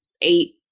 eight